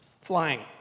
Flying